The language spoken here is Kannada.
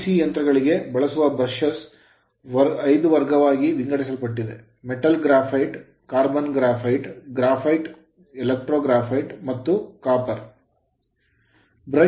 DC ಯಂತ್ರಗಳಿಗೆ ಬಳಸುವ brushs ಬ್ರಷ್ ಗಳನ್ನು 5 ವರ್ಗಗಳಾಗಿ ವಿಂಗಡಿಸಲಾಗಿದೆ a metal graphite ಲೋಹದ graphite b carbon graphite carbon graphite c graphite graphite d electro graphite electro graphite ಮತ್ತು e copper ತಾಮ್ರ